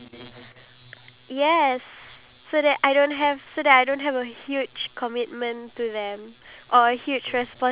rather than the dog poo where you need to literally pick it up using like a plastic bag